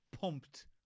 Pumped